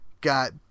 got